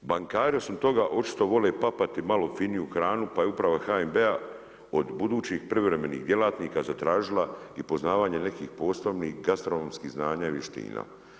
Bankari osim toga očito vole papati malo finiju hranu pa je Uprava HNB-a od budućih privremenih djelatnika zatražila i poznavanje nekih posebnih gastronomskih znanja i vještina.